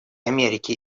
америки